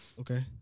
Okay